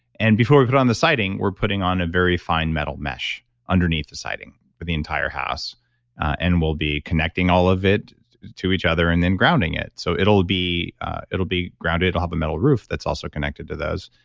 and before we put on the siding, we're putting on a very fine metal mesh underneath the siding for the entire house and we'll be connecting all of it to each other and then grounding it. so it'll be it'll be grounded off a metal roof that's also connected to those,